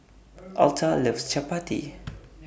Altha loves Chapati